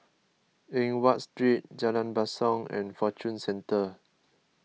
Eng Watt Street Jalan Basong and Fortune Centre